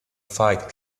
fight